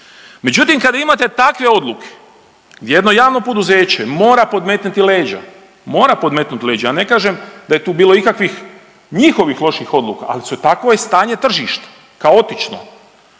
Međutim kada imate takve odluke gdje jedno javno poduzeće mora podmetnuti leđa, mora podmetnut leđa, ja ne kažem da je tu bilo ikakvih njihovih loših odluka, al takvo je stanje tržišta, kaotično.